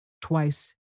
Twice